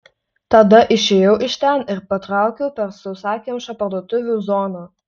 tada išėjau iš ten ir patraukiau per sausakimšą parduotuvių zoną